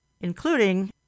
including